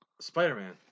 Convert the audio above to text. Spider-Man